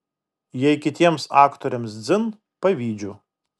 jei kitiems aktoriams dzin pavydžiu